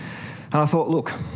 and i thought, look,